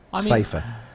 safer